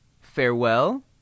Farewell